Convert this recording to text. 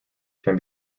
can